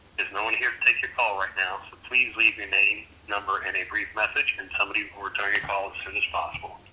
there's no one here to take your call right now. so please leave your name, number, and a brief message and somebody will return your call as soon as possible.